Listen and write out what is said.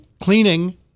cleaning